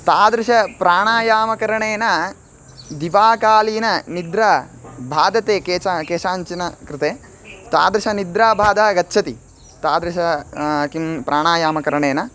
तादृशप्राणायामकरणेन दिवाकालीन निद्रा बाधते केचन केषाञ्चिन कृते तादृशनिद्रा बाधः गच्छति तादृशः किं प्राणायामकरणेन